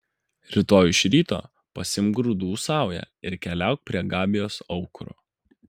rytoj iš ryto pasiimk grūdų saują ir keliauk prie gabijos aukuro